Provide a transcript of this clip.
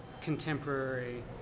contemporary